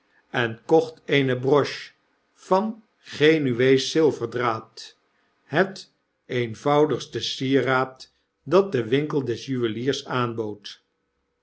en kocht eene broche van genueesch ziiverdraad het eenvoudigste sieraad dat de winkel des juweliers aanbood